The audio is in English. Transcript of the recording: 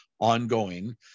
ongoing